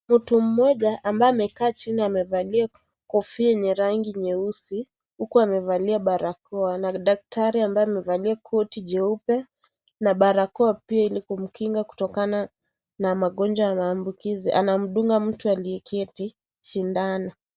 Mtu mmoja ambaye amekaa chini amevalia kofia yenye rangi nyeusi huku amevalia barakoa na daktari ambaye amevalia koti jeupe na barakoa pia ili kumkinga kutokana na magonjwa ya maambukizi. Anamdunga mtu aliyeketi sindano.